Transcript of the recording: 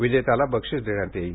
विजेत्याला बक्षीस देण्यात येईल